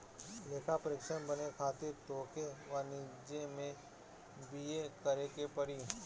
लेखापरीक्षक बने खातिर तोहके वाणिज्यि में बी.ए करेके पड़ी